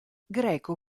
greco